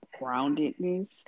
groundedness